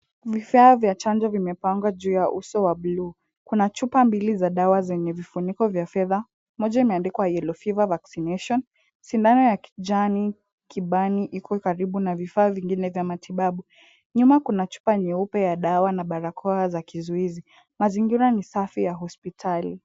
Vifaa vya chanjo vinapangwa juu ya uso wa bluu. Kuna chupa mbili za dawa yenye vifuniko vya fedha. Moja imeandikwa yellow fever vaccination . Sindano ya kijani kibani iko karibu na vifaa vingine vya matibabu. Nyuma kuna chupa nyeupe ya dawa na barakoa za kizuizi. Mazingira ni safi ya hospitali.